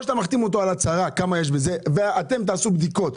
או שאתה מחתים אותו על הצהרה כמה יש בזה ואתם תעשו בדיקות,